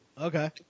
Okay